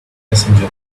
messenger